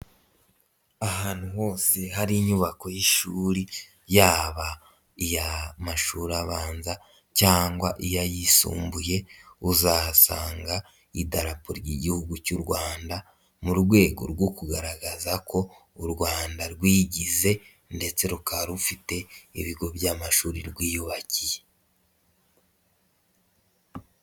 Ahantu hose hari inyubako y'ishuri yaba iy'amashuri abanza cyangwa iy'ayisumbuye, uzahasanga idarapo ry'Igihugu cy'u Rwanda, mu rwego rwo kugaragaza ko u Rwanda rwigize ndetse rukaba rufite n'ibigo by'amashuri rwiyubakiye.